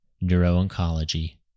Neuro-Oncology